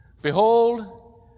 Behold